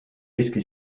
riske